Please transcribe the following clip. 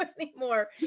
anymore